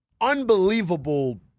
unbelievable